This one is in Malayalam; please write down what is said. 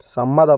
സമ്മതം